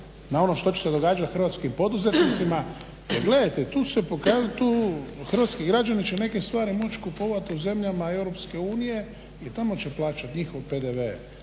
na ono što će se događati hrvatskim poduzetnicima. Gledajte tu se, hrvatski građani će neke stvari moći kupovati u zemljama EU i tamo će plaćati njihov PDV